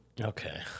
Okay